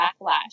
backlash